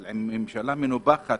אבל עם ממשלה מנופחת,